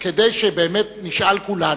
כדי שבאמת נשאל כולנו,